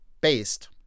based